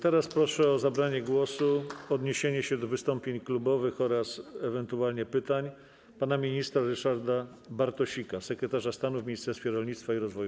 Teraz proszę o zabranie głosu i odniesienie się do wystąpień klubowych oraz ewentualnie pytań pana ministra Ryszarda Bartosika, sekretarza stanu w Ministerstwie Rolnictwa i Rozwoju